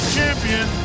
champion